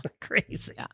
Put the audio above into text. crazy